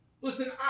listen